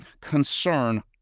concern